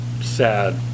sad